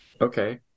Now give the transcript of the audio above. Okay